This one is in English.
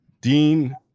Dean